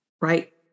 right